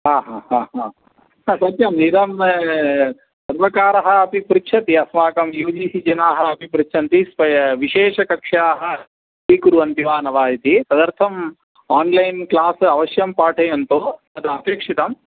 हा हा हा हा सत्यम् इदं सर्वकारः अपि पृच्छति अस्माकं यू जि सि जनाः अपि पृच्छन्ति स्वय् विशेषकक्षाः स्वीकुर्वन्ति वा न वा इति तदर्थम् आन्लैन् क्लास् अवश्यं पाठयन्तु तदपेक्षितम्